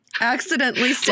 accidentally